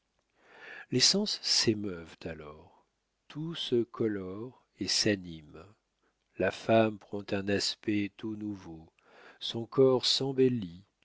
les sens s'émeuvent alors tout se colore et s'anime la femme prend un aspect tout nouveau son corps s'embellit